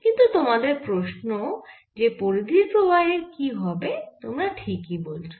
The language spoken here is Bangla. কিন্তু তোমাদের প্রশ্ন যে পরিধির প্রবাহের কি হবে তোমরা ঠিকই বলছ